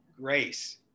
grace